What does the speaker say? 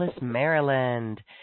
maryland